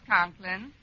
Conklin